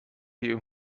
you